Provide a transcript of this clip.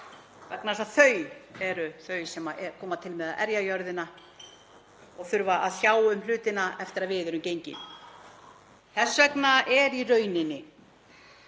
vegna þess að þau koma til með að erja jörðina og þurfa að sjá um hlutina eftir að við erum gengin. Þess vegna er í rauninni